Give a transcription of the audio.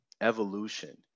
evolution